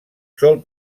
sol